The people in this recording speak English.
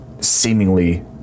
seemingly